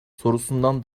sorusundan